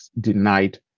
denied